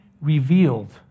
revealed